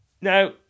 Now